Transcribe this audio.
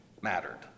mattered